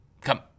Come